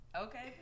Okay